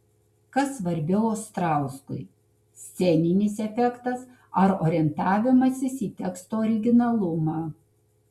kas svarbiau ostrauskui sceninis efektas ar orientavimasis į teksto originalumą